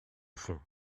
fond